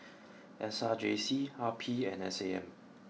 S R J C R P and S A M